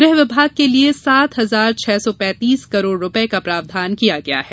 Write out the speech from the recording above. गृह विभाग के लिए सात हजार छह सौ पैतीस करोड़ रुपये का प्रावधान किया गया है